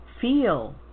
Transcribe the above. feel